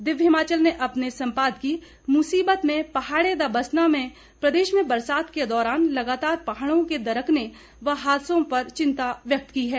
दिव्य हिमाचल ने अपने सम्पादकीय मुसीबत में पहाड़े दा बसना में प्रदेश में बरसात के दौरान लगातार पहाड़ों के दरकने व हादसों पर चिंता व्यक्त की है